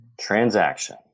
transaction